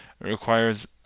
requires